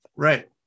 Right